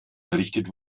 errichtet